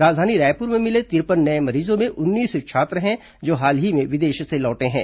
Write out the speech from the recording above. राजधानी रायपुर में मिले तिरपन नए मरीजों में उन्नीस छात्र हैं जो हाल ही में विदेश से लौटे थे